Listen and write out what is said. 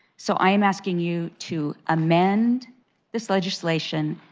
so i'm asking you to amend this legislation,